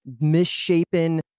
misshapen